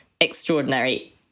extraordinary